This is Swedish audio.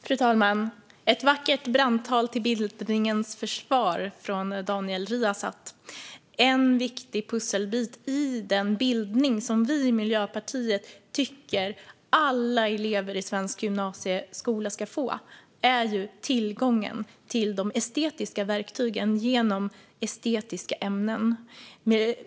Fru talman! Det var ett vackert brandtal till bildningens försvar från Daniel Riazat. En viktig pusselbit i den bildning som vi i Miljöpartiet tycker att alla elever i svensk gymnasieskola ska få är tillgången till de estetiska verktygen genom estetiska ämnen.